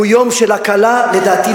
לדעתי,